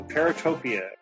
Paratopia